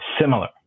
similar